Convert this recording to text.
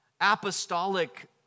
apostolic